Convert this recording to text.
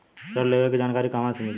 ऋण लेवे के जानकारी कहवा से मिली?